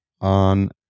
on